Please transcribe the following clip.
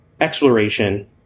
exploration